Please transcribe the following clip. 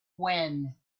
when